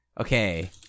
okay